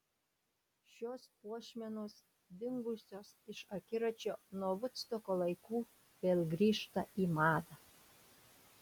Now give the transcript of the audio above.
šios puošmenos dingusios iš akiračio nuo vudstoko laikų vėl grįžta į madą